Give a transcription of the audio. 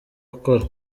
akora